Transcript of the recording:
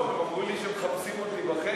טוב, הם אמרו לי שמחפשים אותי בחדר.